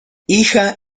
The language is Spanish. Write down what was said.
hija